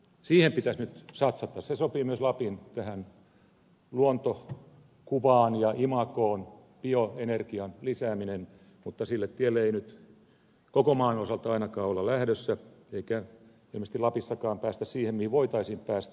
siihen pitäisi nyt satsata bioenergian lisääminen sopii myös tähän lapin luontokuvaan ja imagoon mutta sille tielle ei nyt koko maan osalta ainakaan olla lähdössä eikä ilmeisesti lapissakaan päästä siihen mihin voitaisiin päästä